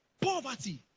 poverty